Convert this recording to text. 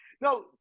no